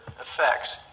effects